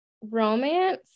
romance